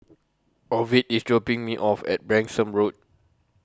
Ovid IS dropping Me off At Branksome Road